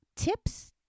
tips